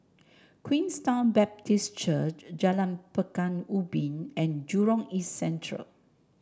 Queenstown Baptist Church Jalan Pekan Ubin and Jurong East Central